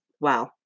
Wow